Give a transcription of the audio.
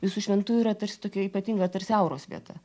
visų šventųjų yra tarsi tokia ypatinga tarsi auros vieta